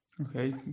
Okay